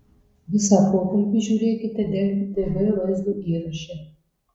visą pokalbį žiūrėkite delfi tv vaizdo įraše